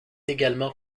également